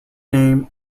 name